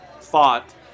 thought